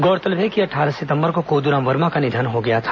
गौरतलब है कि अट्ठारह सितम्बर को कोदूराम वर्मा का निधन हो गया था